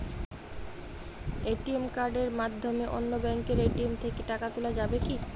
ATM কার্ডের মাধ্যমে অন্য ব্যাঙ্কের এ.টি.এম থেকে টাকা তোলা যাবে কি?